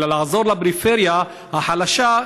אלא לעזור לפריפריה החלשה,